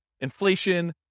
inflation